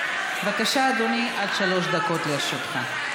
בבקשה, אדוני, עד שלוש דקות לרשותך.